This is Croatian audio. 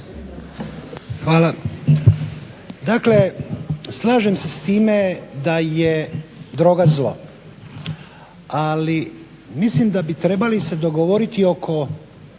Hvala. Dakle, slažem se s time da je droga zlo. Ali mislim da bi trebali se dogovoriti oko